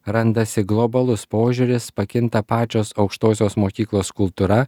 randasi globalus požiūris pakinta pačios aukštosios mokyklos kultūra